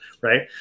Right